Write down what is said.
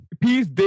peace